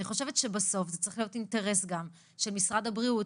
אני חושבת שבסוף זה צריך להיות אינטרס גם של משרד הבריאות,